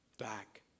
back